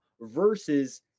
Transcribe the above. versus